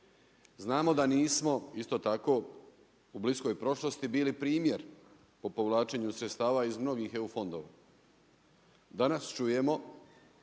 Znamo da nismo, isto tako u bliskoj prošlosti bili primjer po povlačenju sredstava iz mnogih EU fondova. Danas čujemo